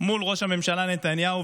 מול ראש הממשלה נתניהו,